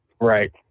Right